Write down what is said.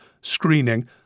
screening